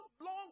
long